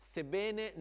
Sebbene